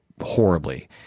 horribly